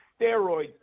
steroids